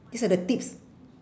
these are the tips